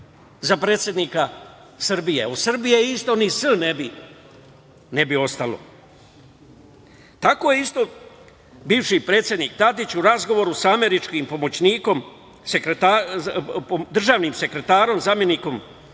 za predsednika Srbije. Od Srbije isto ni „S“ ne bi ostalo. Tako je isto bivši predsednik Tadić u razgovoru sa američkim pomoćnikom, državnim sekretarom, zamenikom